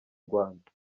rwanda